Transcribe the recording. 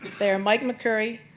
they are mike mccurry,